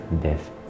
death